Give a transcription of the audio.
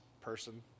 person